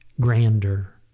grander